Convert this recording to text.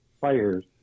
Fires